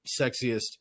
sexiest